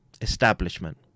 establishment